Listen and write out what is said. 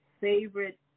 favorite